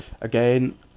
again